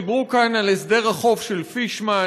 דיברו כאן על הסדר החוב של פישמן,